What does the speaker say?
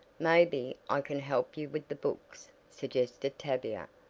maybe i can help you with the books, suggested tavia,